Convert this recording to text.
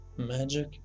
Magic